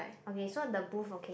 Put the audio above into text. okay so the booth okay